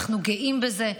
אנחנו גאים בזה,